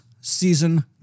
season